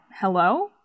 hello